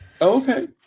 Okay